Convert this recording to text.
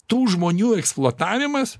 tų žmonių eksploatavimas